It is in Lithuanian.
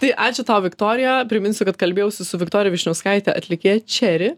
tai ačiū tau viktorija priminsiu kad kalbėjausi su viktorija vyšniauskaite atlikėja čeri